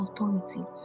authority